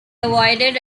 avoided